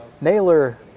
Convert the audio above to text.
Naylor